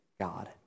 God